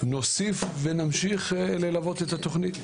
נוסיף ונמשיך ללוות את התוכנית.